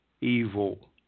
evil